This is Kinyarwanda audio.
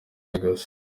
lagos